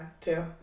two